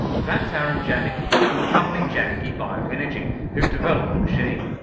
that's aaron janicki from the company janicki bioenergy who've developed the machine.